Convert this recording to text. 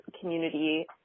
community